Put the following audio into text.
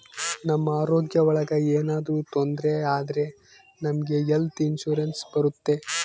ನಮ್ ಆರೋಗ್ಯ ಒಳಗ ಏನಾದ್ರೂ ತೊಂದ್ರೆ ಆದ್ರೆ ನಮ್ಗೆ ಹೆಲ್ತ್ ಇನ್ಸೂರೆನ್ಸ್ ಬರುತ್ತೆ